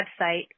website